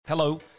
Hello